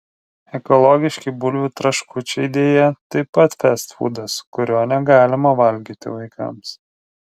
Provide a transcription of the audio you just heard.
ekologiški bulvių traškučiai deja taip pat festfūdas kurio negalima valgyti vaikams